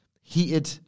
heated